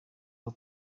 abo